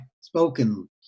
spoken